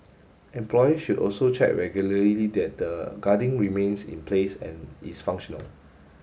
employers should also check regularly that the guarding remains in place and is functional